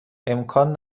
امکان